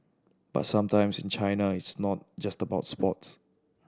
but sometimes in China it's not just about sports